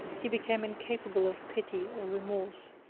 he became incapable of pity or remorse.